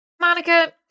Monica